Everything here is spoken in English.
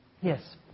Yes